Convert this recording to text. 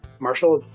Marshall